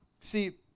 See